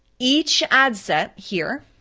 each ad set here